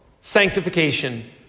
sanctification